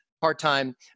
part-time